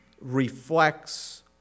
reflects